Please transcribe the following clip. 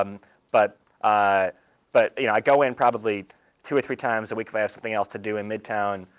um but i but you know i go in probably two or three times a week if i have something else to do in midtown,